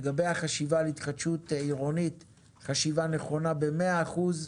לגבי החשיבה על התחדשות עירונית היא חשיבה נכונה במאה אחוז.